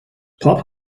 پاپ